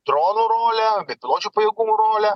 dronų rolė bepiločių pajėgumų rolė